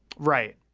right.